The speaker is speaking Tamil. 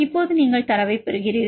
இப்போது நீங்கள் தரவைப் பெறுகிறீர்கள்